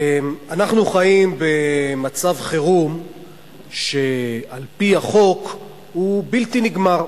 אנחנו חיים במצב חירום שעל-פי החוק הוא בלתי נגמר.